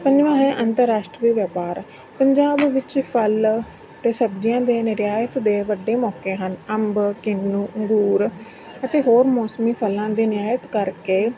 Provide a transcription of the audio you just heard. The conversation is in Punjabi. ਪੰਜਵਾਂ ਹੈ ਅੰਤਰਰਾਸ਼ਟਰੀ ਵਪਾਰ ਪੰਜਾਬ ਵਿੱਚ ਫਲ ਅਤੇ ਸਬਜ਼ੀਆਂ ਦੇ ਨਿਰਯਾਤ ਦੇ ਵੱਡੇ ਮੌਕੇ ਹਨ ਅੰਬ ਕਿਨੂੰ ਅੰਗੂਰ ਅਤੇ ਹੋਰ ਮੌਸਮੀ ਫਲਾਂ ਦੇ ਨਿਰਯਾਤ ਕਰਕੇ